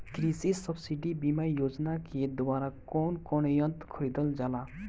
कृषि सब्सिडी बीमा योजना के द्वारा कौन कौन यंत्र खरीदल जाला?